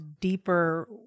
deeper